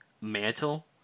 mantle